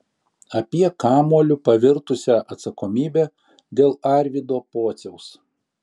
apie kamuoliu pavirtusią atsakomybę dėl arvydo pociaus